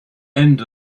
end